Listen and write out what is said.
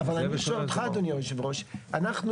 אדוני היושב ראש,